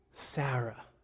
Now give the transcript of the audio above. Sarah